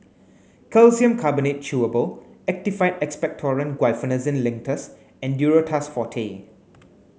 Calcium Carbonate Chewable Actified Expectorant Guaiphenesin Linctus and Duro Tuss Forte